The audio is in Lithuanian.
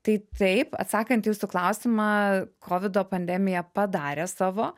tai taip atsakant į jūsų klausimą kovido pandemija padarė savo